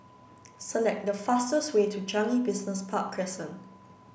select the fastest way to Changi Business Park Crescent